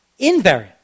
Invariant